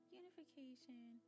unification